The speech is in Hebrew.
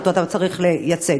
שאותו אתה צריך לייצג.